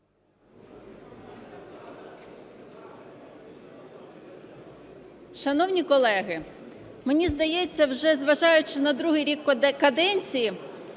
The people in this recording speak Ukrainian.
Шановні колеги, мені здається, вже зважаючи на другий рік каденції,